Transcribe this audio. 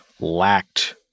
lacked